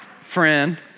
friend